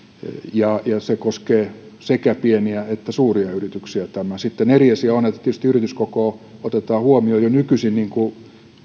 ja se koskee sekä pieniä että suuria yrityksiä sitten eri asia on että tietysti yrityskoko otetaan huomioon jo nykyisin niin kuin